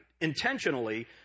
intentionally